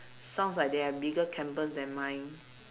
sounds like they have bigger campus than mine